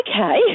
okay